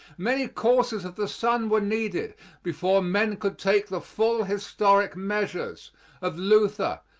many courses of the sun were needed before men could take the full historic measures of luther,